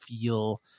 feel